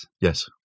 yes